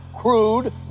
crude